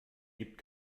gibt